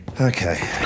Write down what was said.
Okay